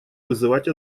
вызывать